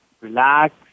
Relax